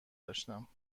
داشتم